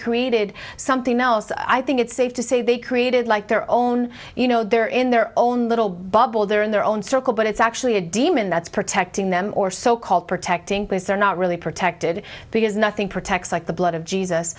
created something else i think it's safe to say they created like their own you know they're in their own little bubble there in their own circle but it's actually a demon that's protecting them or so called protecting because they're not really protected because nothing protects like the blood of jesus